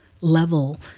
level